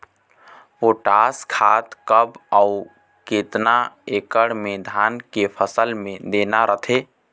Potash खाद कब अऊ केतना एकड़ मे धान के फसल मे देना रथे?